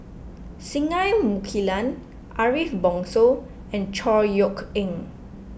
Singai Mukilan Ariff Bongso and Chor Yeok Eng